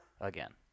again